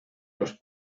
los